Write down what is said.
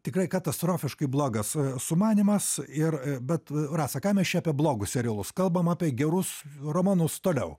tikrai katastrofiškai blogas sumanymas ir bet rasa ką mes čia apie blogus serialus kalbam apie gerus romanus toliau